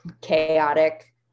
chaotic